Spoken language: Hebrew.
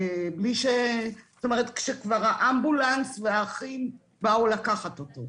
זאת אומרת שכבר האמבולנס והאחים באו לקחת אותו.